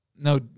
No